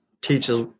teaches